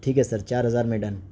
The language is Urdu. ٹھیک ہے سر چار ہزار میں ڈن